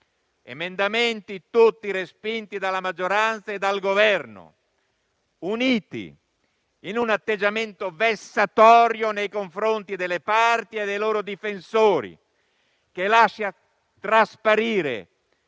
Emendamenti tutti respinti dalla maggioranza e dal Governo, uniti in un atteggiamento vessatorio nei confronti delle parti e dei loro difensori, che lascia trasparire